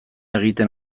egiten